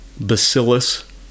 bacillus